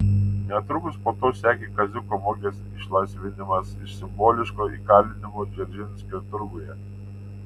netrukus po to sekė kaziuko mugės išlaisvinimas iš simboliško įkalinimo dzeržinskio turguje